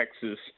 Texas